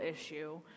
issue